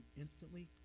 instantly